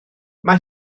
mae